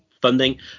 funding